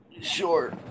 Sure